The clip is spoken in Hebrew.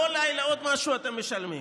כל לילה אתם משלמים